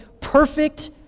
perfect